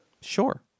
Sure